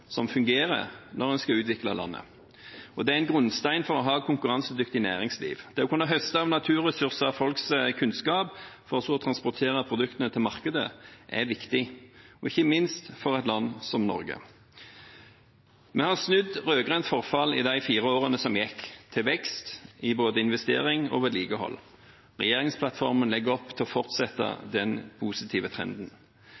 som fungerer når en skal utvikle landet, og det er en grunnstein for å ha konkurransedyktig næringsliv. Det å kunne høste av naturressurser, av folks kunnskap, for så å transportere produktene til markedet, er viktig – ikke minst for et land som Norge. Vi har snudd rød-grønt forfall i de fire årene som gikk, til vekst i både investering og vedlikehold. Regjeringsplattformen legger opp til å